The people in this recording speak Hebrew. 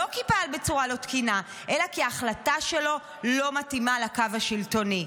לא כי פעל בצורה לא תקינה אלא כי ההחלטה שלו לא מתאימה לקו השלטוני.